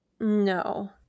No